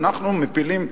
אנחנו מפילים,